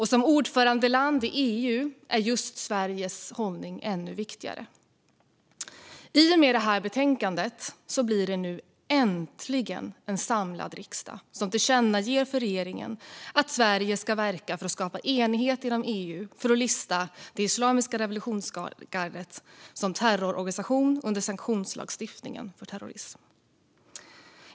Som ordförandeland i EU blir just Sveriges hållning ännu viktigare. I och med betänkandet blir det nu äntligen en samlad riksdag som tillkännager för regeringen att Sverige ska verka för att skapa enighet inom EU för att lista det islamiska revolutionsgardet som en terroristorganisation under sanktionslagstiftningen för terrorism.